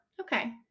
Okay